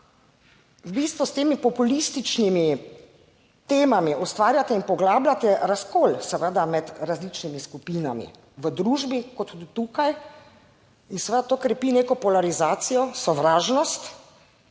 v bistvu s temi populističnimi temami ustvarjate in poglabljate razkol seveda med različnimi skupinami v družbi kot tukaj in seveda to krepi neko polarizacijo, sovražnost